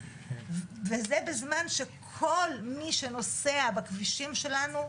וזה בזמן שכל מי שנוסע בכבישים שלנו,